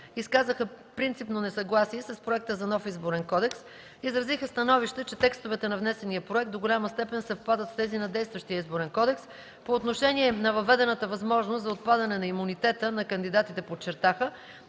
изказаха принципно несъгласие с проекта на нов Изборен кодекс, изразиха становище, че текстовете на внесения проект до голяма степен съвпадат с тези на действащия Изборен кодекс. По отношение на въведената възможност за отпадане на имунитета на кандидатите подчертаха,